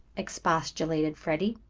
expostulated freddie.